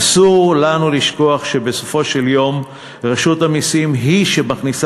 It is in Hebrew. אסור לנו לשכוח שבסופו של יום רשות המסים היא שמכניסה